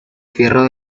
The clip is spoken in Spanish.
fierro